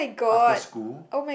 after school